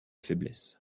faiblesse